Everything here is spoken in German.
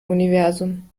universum